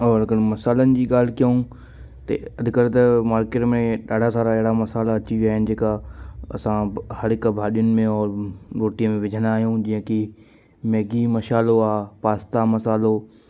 औरि अगरि मसालनि जी ॻाल्हि कयूं ते अॼुकल्ह त मार्केट में ॾाढा सारा अहिड़ा मसाला अची विया आहिनि जेका असां हर हिकु भाॼियुनि में औरि रोटीअ में विझंदा आहियूं जीअं की मैगी मशालो आहे पास्ता मसालो